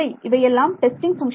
இவையெல்லாம் testing function